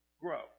grow